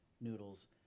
noodles